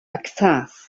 access